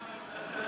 חברי חברי הכנסת,